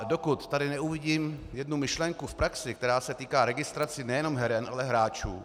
Dokud neuvidím jednu myšlenku v praxi, která se týká registrace nejen heren, ale hráčů...